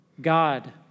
God